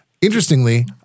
Interestingly